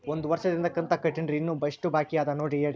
ಒಂದು ವರ್ಷದಿಂದ ಕಂತ ಕಟ್ಟೇನ್ರಿ ಇನ್ನು ಎಷ್ಟ ಬಾಕಿ ಅದ ನೋಡಿ ಹೇಳ್ರಿ